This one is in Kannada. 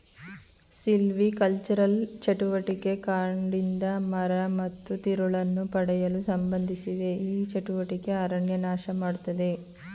ಸಿಲ್ವಿಕಲ್ಚರಲ್ ಚಟುವಟಿಕೆ ಕಾಡಿಂದ ಮರ ಮತ್ತು ತಿರುಳನ್ನು ಪಡೆಯಲು ಸಂಬಂಧಿಸಿವೆ ಈ ಚಟುವಟಿಕೆ ಅರಣ್ಯ ನಾಶಮಾಡ್ತದೆ